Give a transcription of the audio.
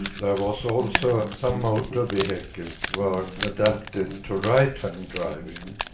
there was also some motor vehicles were adapted to right-hand and driving.